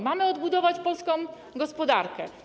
Mamy odbudować polską gospodarkę.